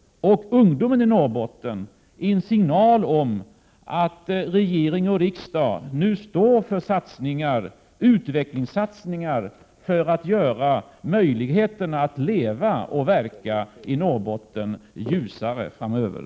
— och ungdomen — i Norrbotten en signal om att regering och riksdag nu står för utvecklingssatsningar för att göra möjligheten att leva och verka i Norrbotten ljusare framöver.